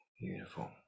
Beautiful